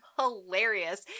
hilarious